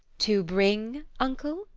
to bring, uncle.